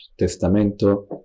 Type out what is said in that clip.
Testamento